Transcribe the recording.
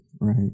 Right